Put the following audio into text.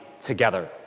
together